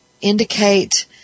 indicate